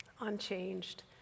unchanged